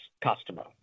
customer